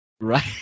right